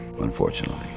unfortunately